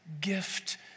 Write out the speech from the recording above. gift